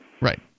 Right